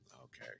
okay